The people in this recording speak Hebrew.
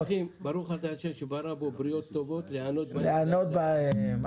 אנחנו מברכים: ברוך אתה ה' שברא בו בריות טובות להנות בהן בני אדם.